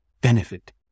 benefit